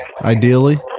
ideally